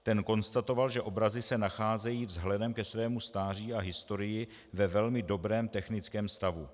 Ten konstatoval, že obrazy se nacházejí vzhledem ke svému stáří a historii ve velmi dobrém technickém stavu.